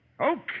Okay